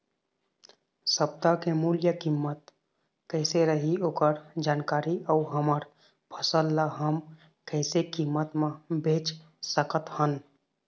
सप्ता के मूल्य कीमत कैसे रही ओकर जानकारी अऊ हमर फसल ला हम कैसे कीमत मा बेच सकत हन?